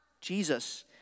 Jesus